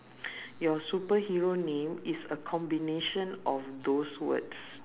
your superhero name is a combination of those words